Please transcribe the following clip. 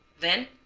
then,